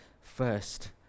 first